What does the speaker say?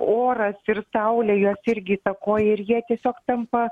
oras ir saulė jos irgi įtakoja ir jie tiesiog tampa